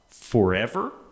forever